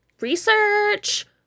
research